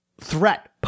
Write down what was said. threat